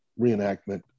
reenactment